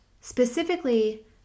specifically